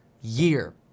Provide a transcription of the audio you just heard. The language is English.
year